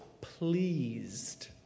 pleased